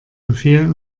befehl